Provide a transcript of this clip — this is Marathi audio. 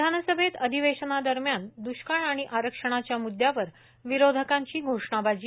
विधानसभेत अधिवेशनादरम्यान द्ष्काळ आणि आरक्षणाच्या मुद्यावर विरोधकांची घोषणाबाजी